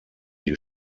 die